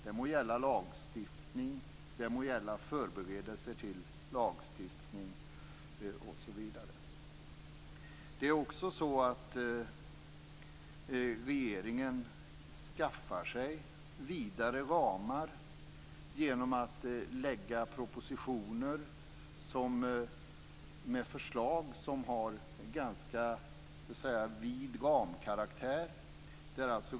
Det må gälla lagstiftning, förberedelser till lagstiftning osv. Regeringen skaffar sig vidare ramar genom att lägga fram propositioner med förslag som har en ganska vid ramkaraktär.